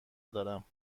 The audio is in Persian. دارم